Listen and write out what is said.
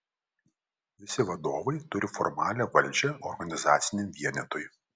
visi vadovai turi formalią valdžią organizaciniam vienetui